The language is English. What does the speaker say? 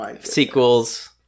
sequels